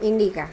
Indica